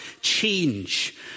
change